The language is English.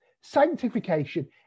Sanctification